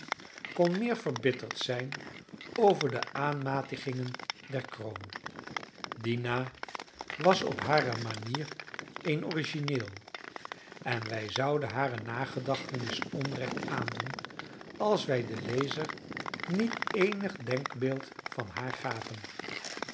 kon meer verbitterd zijn over de aanmatigingen der kroon dina was op hare manier een origineel en wij zouden hare nagedachtenis onrecht aandoen als wij den lezer niet eenig denkbeeld van haar gaven